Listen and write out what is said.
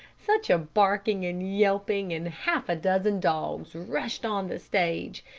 such a barking and yelping, and half a dozen dogs rushed on the stage,